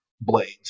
blades